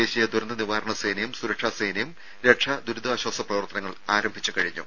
ദേശീയ ദുരന്ത നിവാരണ സേനയും സുരക്ഷാ സേനയും രക്ഷാ ദുരിതാശ്വാസ പ്രവർത്തനങ്ങൾ ആരംഭിച്ചു കഴിഞ്ഞു